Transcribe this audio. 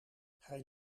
hij